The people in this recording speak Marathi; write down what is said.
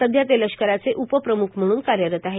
सध्या ते लष्कराचे उपप्रम्ख म्हणून कार्यरत आहेत